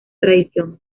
tradición